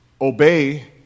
Obey